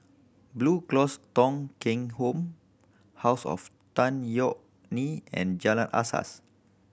Blue Cross Thong Kheng Home House of Tan Yeok Nee and Jalan Asas